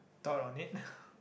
thought on it